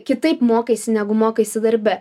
kitaip mokaisi negu mokaisi darbe